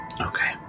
Okay